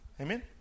Amen